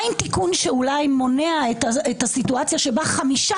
מה עם תיקון שמונע את הסיטואציה שבה חמישה